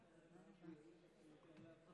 גברתי, ארבע דקות